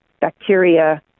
bacteria